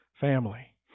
family